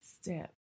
step